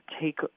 take